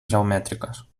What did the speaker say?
geomètriques